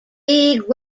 big